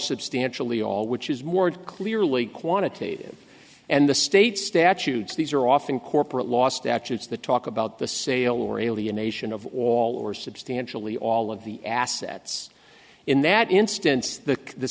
substantially all which is more clearly quantitative and the state statutes these are often corporate last at it's the talk about the sale or alienation of all or substantially all of the assets in that instance the